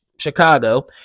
Chicago